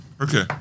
Okay